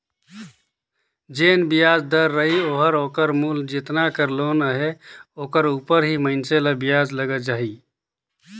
जेन बियाज दर रही ओहर ओकर मूल जेतना कर लोन अहे ओकर उपर ही मइनसे ल बियाज लगत जाही